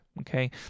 okay